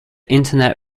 internet